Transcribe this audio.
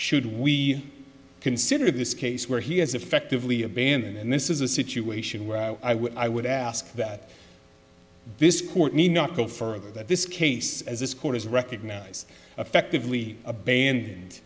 should we consider this case where he has effectively abandoned and this is a situation where i would i would ask that this court need not go further that this case as this court has recognized effectively abandoned